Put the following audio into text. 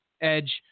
edge